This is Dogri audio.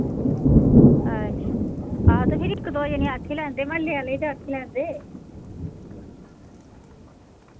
अच्छ आहो ते फिरी इक दो जनें आक्खी लैंदे म्हल्ले आह्ले